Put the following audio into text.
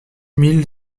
mille